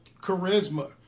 charisma